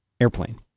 airplane